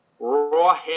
Rawhead